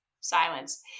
Silence